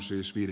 kiitos